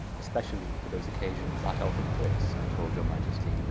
especially for those occasions at eltam place i told your maiestie